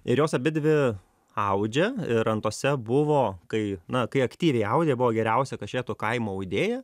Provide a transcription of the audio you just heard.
ir jos abidvi audžia ir antosia buvo kai na kai aktyviai audė buvo geriausia kašėtų kaimo audėja